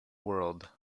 world